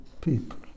people